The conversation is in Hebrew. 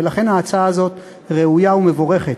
ולכן ההצעה הזאת ראויה ומבורכת.